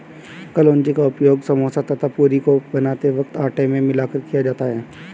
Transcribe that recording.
कलौंजी का उपयोग समोसा तथा पूरी को बनाते वक्त आटे में मिलाकर किया जाता है